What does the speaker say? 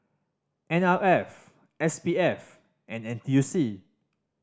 N R F S P F and N T U C